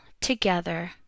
together